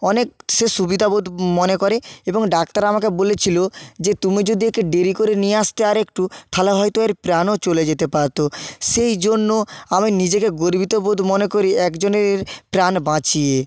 অনেক সে সুবিধাবোধ মনে করে এবং ডাক্তার আমাকে বলেছিলো যে তুমি যদি ওকে দেরি করে নিয়ে আসতে আরেকটু তাহলে হয়তো এর প্রাণও চলে যেতে পাতো সেই জন্য আমি নিজেকে গর্বিত বোধ মনে করি একজনের প্রাণ বাঁচিয়ে